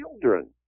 children